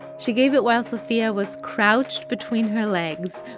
she gave it while sophia was crouched between her legs,